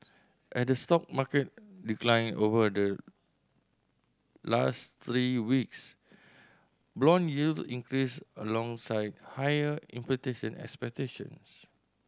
as the stock market declined over the last three weeks brown yields increased alongside higher expectations